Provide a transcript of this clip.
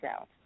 out